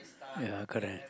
ya correct